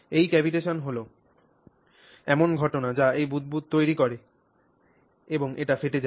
এই cavitation হল এমন ঘটনা যা এই বুদবুদ তৈরি করে এবং এটি ফেটে যায়